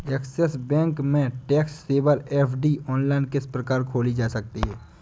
Axis bank में tax saver FD online किस प्रकार खोली जा सकती है?